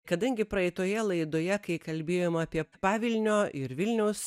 kadangi praeitoje laidoje kai kalbėjom apie pavilnio ir vilniaus